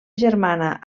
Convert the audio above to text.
germana